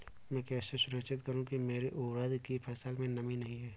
मैं कैसे सुनिश्चित करूँ की मेरी उड़द की फसल में नमी नहीं है?